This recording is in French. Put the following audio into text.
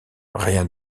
rien